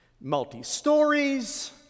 multi-stories